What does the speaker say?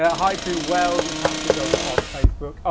ah hi to wells and patrick over on facebook.